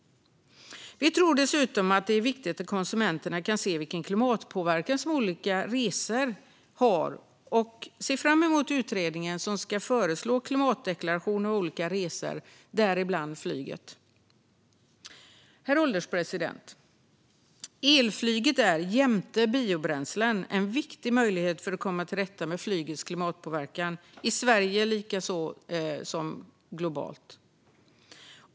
Vi tror dessutom att det är viktigt att konsumenterna kan se vilken klimatpåverkan olika resor har och ser fram emot utredningen som ska föreslå klimatdeklaration av olika resor, däribland flyget. Herr ålderspresident! Elflyget är jämte biobränslen en viktig möjlighet för att komma till rätta med flygets klimatpåverkan, i Sverige såväl som globalt.